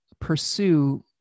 pursue